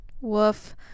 Woof